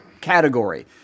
category